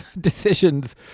decisions